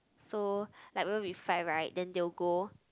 so like we will be fight right then they will go